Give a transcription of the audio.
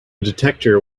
detector